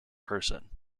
person